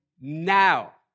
now